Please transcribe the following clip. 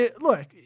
Look